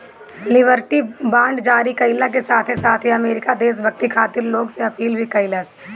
liberty bond जारी कईला के साथे साथे अमेरिका देशभक्ति खातिर लोग से अपील भी कईलस